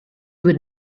would